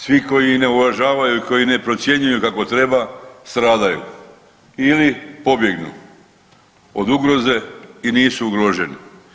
Svi koji ih ne uvažavaju i koji ne procjenjuju kako treba stradaju ili pobjegnu od ugroze i nisu ugroženi.